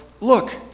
look